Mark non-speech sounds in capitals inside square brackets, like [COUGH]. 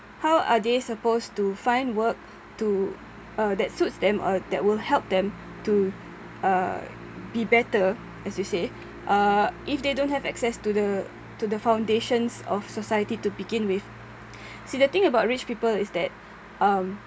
how are they supposed to find work to uh that suits them or that will help them to uh be better as you say uh if they don't have access to the to the foundations of society to begin with [BREATH] [NOISE] see the thing about rich people is that um